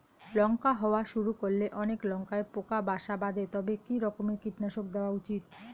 লঙ্কা হওয়া শুরু করলে অনেক লঙ্কায় পোকা বাসা বাঁধে তবে কি রকমের কীটনাশক দেওয়া উচিৎ?